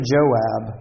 Joab